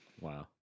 Wow